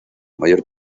mayor